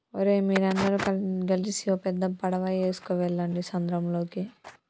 ఓరై మీరందరు గలిసి ఓ పెద్ద పడవ ఎసుకువెళ్ళండి సంద్రంలోకి